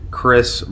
Chris